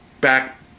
back